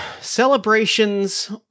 celebrations